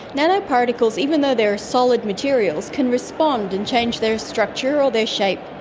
nano-particles, even though they're solid materials, can respond and change their structure or their shape,